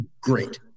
great